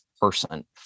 person